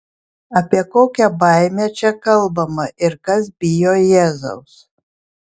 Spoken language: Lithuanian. apie kokią baimę čia kalbama ir kas bijo jėzaus